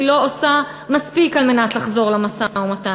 והיא לא עושה מספיק על מנת לחזור למשא-ומתן.